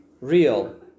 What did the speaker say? real